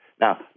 Now